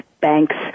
banks